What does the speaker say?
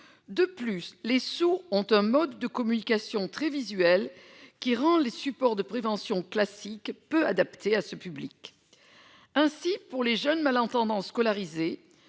de plus les sous ont un mode de communication très visuel qui rend les supports de prévention classique peu adaptée à ce public. Ainsi pour les jeunes malentendants scolarisés